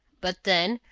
but then,